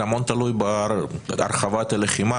זה המון תלוי בהרחבת הלחימה,